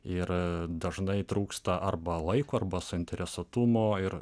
ir dažnai trūksta arba laiko arba suinteresuotumo ir